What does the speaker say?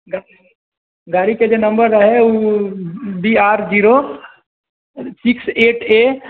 गाड़ी गाड़ीके जे नम्बर रहै ओ B R zero six eight ए